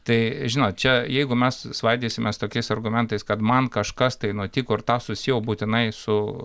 tai žinot čia jeigu mes svaidysimės tokiais argumentais kad man kažkas tai nutiko ir tą susiejau būtinai su